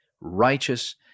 righteous